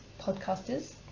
podcasters